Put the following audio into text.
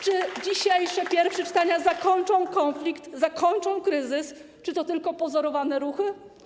Czy dzisiejsze pierwsze czytania zakończą konflikt, zakończą kryzys, czy to tylko pozorowanie ruchu?